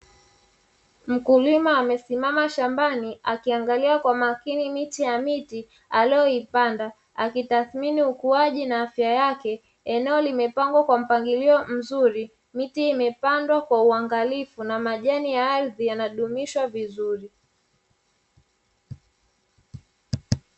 Mkulima amesimama shambani, akiangalia kwa makini miche ya miti aliyoipanda, akitathmini ukuaji na afya yake. Eneo limepangwa kwa mpangilio mzuri, miti imepandwa kwa uangalifu, na majani ya ardhi yanadumishwa vizuri.